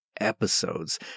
episodes